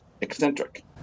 eccentric